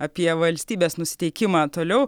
apie valstybės nusiteikimą toliau